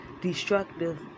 destructive